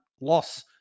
loss